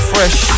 Fresh